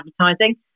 advertising